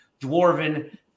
dwarven